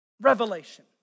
Revelation